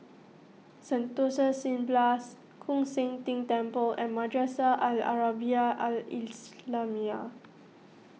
Sentosa Cineblast Koon Seng Ting Temple and Madrasah Al Arabiah Al Islamiah